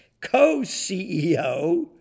co-CEO